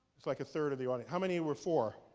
it's like a third of the audience. how many were four?